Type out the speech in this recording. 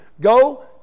go